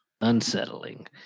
unsettling